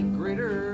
greater